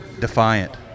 Defiant